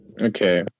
Okay